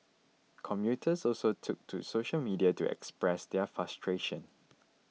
commuters also took to social media to express their frustration